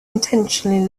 intentionally